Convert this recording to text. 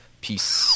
Peace